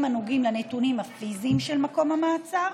הנוגעים לנתונים הפיזיים של מקום המעצר,